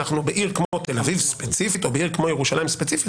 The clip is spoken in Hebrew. בעיר כמו תל אביב ספציפית או בעיר כמו ירושלים ספציפית,